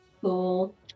Cool